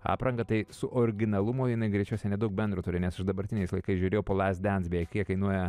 apranga tai su originalumu jinai greičiausiai nedaug bendro turi nes dabartiniais laikais žiūrėjo po lasdens beje kiek kainuoja